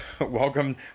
Welcome